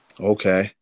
Okay